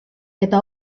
eta